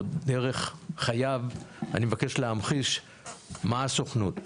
או דרך חייו אני מבקש להמחיש מה הסוכנות.